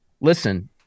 listen